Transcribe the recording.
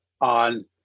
on